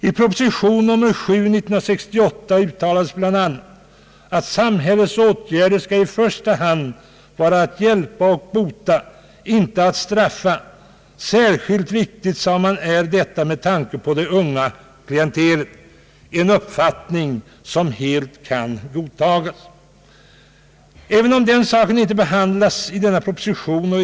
I proposition nr 7 1968 uttalades bl.a. att samhällets åtgärder i första hand skall vara att hjälpa och bota, inte att straffa, vilket är särskilt viktigt med tanke på det unga klientelet — en uppfattning som helt kan godtagas.